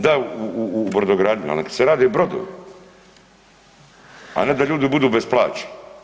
Da u brodogradnju ali neka se rade brodovi, a ne da ljudi budu bez plaće.